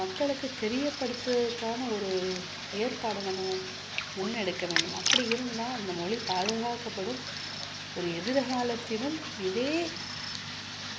மக்களுக்கு தெரியப்படுத்துகிறதுக்கான ஒரு ஏற்பாடை நம்ம முன்னெடுக்க வேண்டும் அப்படி இருந்தால் அந்த மொழி பாதுகாக்கப்படும் ஒரு எதிர்காலத்திலும் இதே